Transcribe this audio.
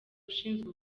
ushinzwe